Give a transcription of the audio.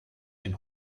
den